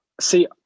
See